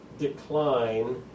Decline